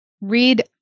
read